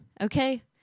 Okay